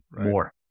more